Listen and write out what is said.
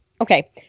Okay